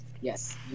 Yes